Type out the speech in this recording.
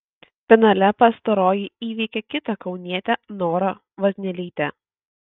finale pastaroji įveikė kitą kaunietę norą vaznelytę